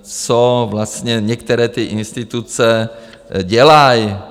Co vlastně některé ty instituce dělají?